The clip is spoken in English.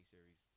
Series